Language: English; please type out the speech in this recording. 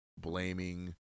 blaming